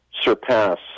surpass